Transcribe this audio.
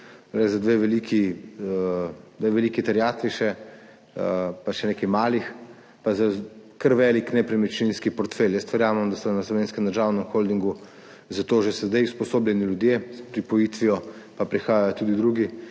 za dve veliki terjatvi in še nekaj malih, pa za kar velik nepremičninski portfelj. Jaz verjamem, da so na Slovenskem državnem holdingu za to že sedaj usposobljeni ljudje, s pripojitvijo pa prihajajo tudi drugi